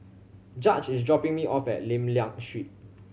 Judge is dropping me off at Lim Liak Street